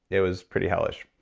it was pretty hellish.